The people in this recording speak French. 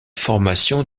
formation